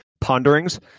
ponderings